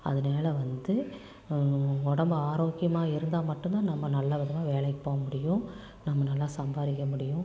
அதனால வந்து உடம்பு ஆரோக்கியமாக இருந்தால் மட்டும்தான் நம்ம நல்ல விதமாக வேலைக்கு போக முடியும் நம்ம நல்லா சம்பாதிக்க முடியும்